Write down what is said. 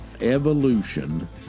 evolution